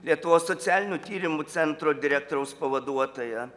lietuvos socialinių tyrimų centro direktoriaus pavaduotoja